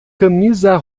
camisa